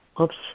Oops